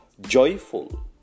joyful